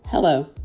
Hello